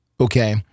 Okay